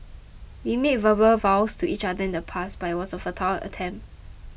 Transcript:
we made verbal vows to each other in the past but it was a futile attempt